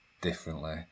differently